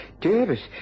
Dearest